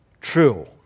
true